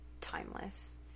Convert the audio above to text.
timeless